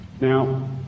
Now